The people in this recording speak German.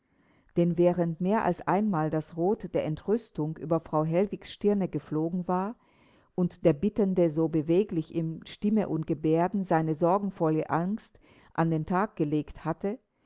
denn während mehr als einmal das rot der entrüstung über frau hellwigs stirne geflogen war und der bittende so beweglich in stimme und gebärden seine sorgenvolle angst an den tag gelegt hatte